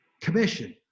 commission